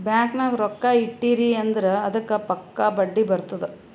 bank ನಾಗ್ ರೊಕ್ಕಾ ಇಟ್ಟಿರಿ ಅಂದುರ್ ಅದ್ದುಕ್ ಪಕ್ಕಾ ಬಡ್ಡಿ ಬರ್ತುದ್